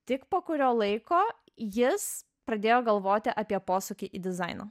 tik po kurio laiko jis pradėjo galvoti apie posūkį į dizainą